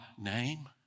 name